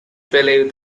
believe